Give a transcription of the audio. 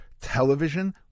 television